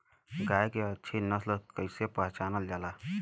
गाय के अच्छी नस्ल कइसे पहचानल जाला?